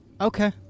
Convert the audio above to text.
Okay